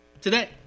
today